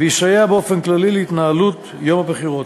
ויסייע באופן כללי להתנהלות יום הבחירות.